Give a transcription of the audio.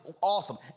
awesome